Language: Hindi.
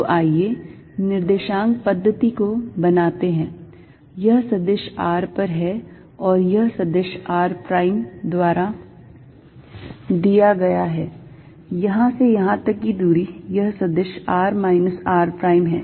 तो आइए निर्देशांक पद्धति को बनाते हैं यह सदिश r पर है और यह सदिश r प्राइम द्वारा दिया गया है यहाँ से यहाँ तक की दूरी यह सदिश r minus r prime है